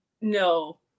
No